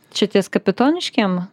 čia ties kapitoniškėm